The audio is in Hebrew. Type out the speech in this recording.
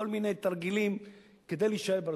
כל מיני תרגילים כדי להישאר בארצות-הברית.